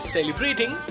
Celebrating